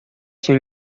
się